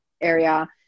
area